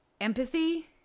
empathy